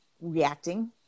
reacting